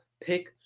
pick